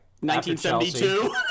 1972